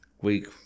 Week